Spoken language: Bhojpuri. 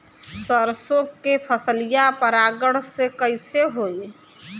सरसो के फसलिया परागण से कईसे होई?